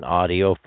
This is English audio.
audio